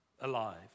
alive